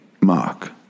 Mark